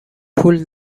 پول